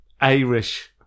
Irish